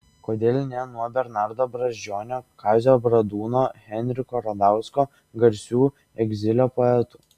kodėl ne nuo bernardo brazdžionio kazio bradūno henriko radausko garsių egzilio poetų